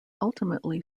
ultimately